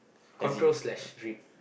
control slash read